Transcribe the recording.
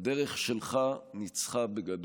הדרך שלך ניצחה בגדול,